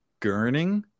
gurning